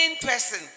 person